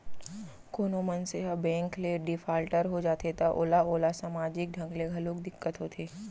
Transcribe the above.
कोनो मनसे ह बेंक ले डिफाल्टर हो जाथे त ओला ओला समाजिक ढंग ले घलोक दिक्कत होथे